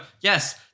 yes